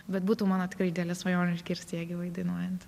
bet būtų mano tikrai didelė svajonė išgirsti ją gyvai dainuojant